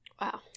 Wow